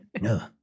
No